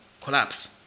collapse